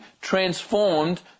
transformed